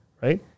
Right